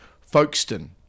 Folkestone